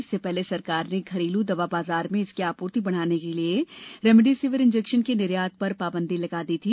इससे पहले सरकार ने घरेलू दवा बाजार में इसकी आपूर्ति बढाने के लिए रेमडेसिविर इंजेक्शन के निर्यात पर पाबंदी लगा दी थी